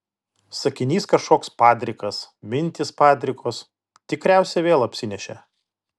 sakinys kažkoks padrikas mintys padrikos tikriausiai vėl apsinešė